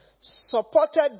supported